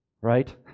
right